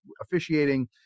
officiating